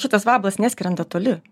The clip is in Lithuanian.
šitas vabalas neskrenda toli